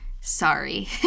sorry